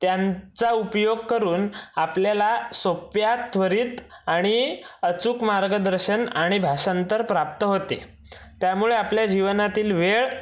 त्यांचा उपयोग करून आपल्याला सोप्या त्वरित आणि अचूक मार्गदर्शन आणि भाषांतर प्राप्त होते त्यामुळे आपल्या जीवनातील वेळ